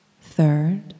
third